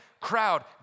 Crowd